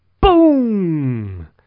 boom